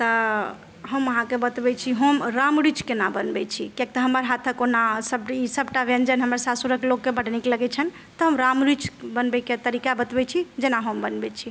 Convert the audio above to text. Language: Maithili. तऽ हम अहाँके बतबय छी हम राम रूचि केना बनबय छी किएक तऽ हमर हाथक ओना सब ई सब टा व्यञ्जन हमर सासुरक लोकके बड्ड नीक लगय छन्हि तऽ हम राम रूचि बनबयके तरीका बतबय छी जेना हम बनबय छी